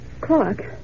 Clark